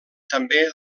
també